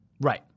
Right